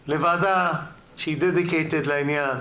שיבואו לוועדה שהיא דדיקייטד לעניין,